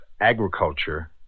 agriculture